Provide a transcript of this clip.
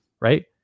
right